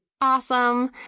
awesome